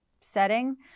setting